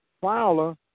Fowler